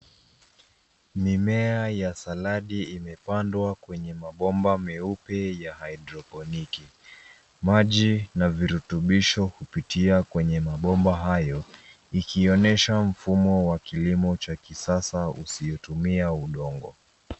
Mimea ya saladi imepandwa kwenye mabomba meupe ya hidroponiki. Maji na virutubisho hupitia kwenye mabomba hayo, ikionyesha mfumo wa kilimo wa kisasa usiotumia udongo.